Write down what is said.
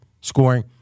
scoring